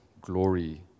glory